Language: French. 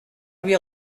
lui